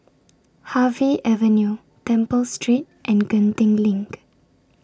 Harvey Avenue Temple Street and Genting LINK